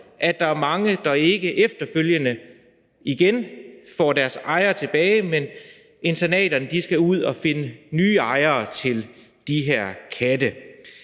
at der er mange, der ikke efterfølgende får deres ejere tilbage, men hvor internaterne skal ud at finde nye ejere til de her katte.